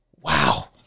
Wow